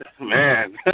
Man